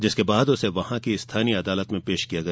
जिसके बाद उसे वहां की स्थानीय अदालत में पेश किया गया